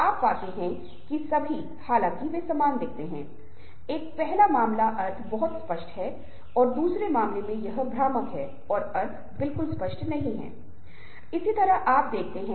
हम चेहरे के भावों पर ध्यान केंद्रित करते हैं अब चेहरे के भाव हमारे सामाजिक जीवन में बहुत महत्वपूर्ण भूमिका निभाते हैं जब आप चीजों की चर्चा कर रहे होते हैं तो महसूस करते हैं कि कुछ लोगों के चेहरे ऐसे होते हैं जो खुश दिखते हैं कुछ लोगों के चेहरे ऐसे होते हैं जो सामान्य रूप से दुखी दिखते हैं